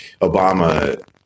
obama